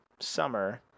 Summer